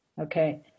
okay